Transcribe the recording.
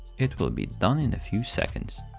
it will be done in a few seconds.